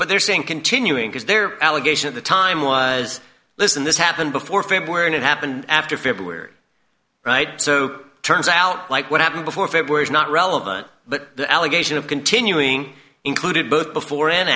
but they're saying continuing because they're allegation of the time was listen this happened before and it happened after february so turns out like what happened before february is not relevant but the allegation of continuing included both before and